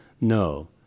No